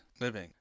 Living